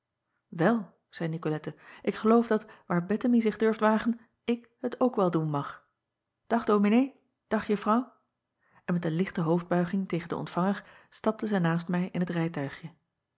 el zeî icolette ik geloof dat waar ettemie acob van ennep laasje evenster delen zich durft wagen ik het ook wel doen mag ag ominee dag uffrouw en met een lichte hoofdbuiging tegen den ontvanger stapte zij naast mij in het rijtuigje